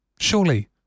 surely